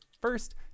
first